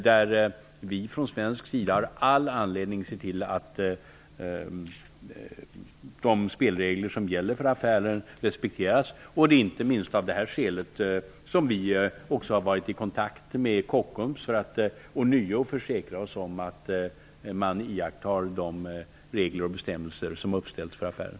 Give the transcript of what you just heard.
Vi har från svensk sida all anledning att se till att de spelregler som gäller för affären respekteras. Inte minst av det skälet har vi också varit i kontakt med Kockums för att ånyo försäkra oss om att man iakttar de regler och bestämmelser som har uppställts för affären.